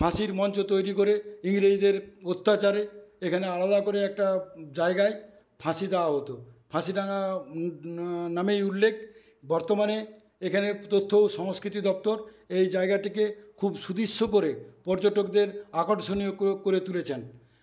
ফাঁসির মঞ্চ তৈরি করে ইংরেজদের অত্যাচারে এখানে আলাদা করে একটা জায়গায় ফাঁসি দেওয়া হত ফাঁসিডাঙ্গা নামেই উল্লেখ বর্তমানে এখানে তথ্য ও সংস্কৃতি দপ্তর এই জায়গাটিকে খুব সুদৃশ্য করে পর্যটকদের আকর্ষণীয় করে তুলেছেন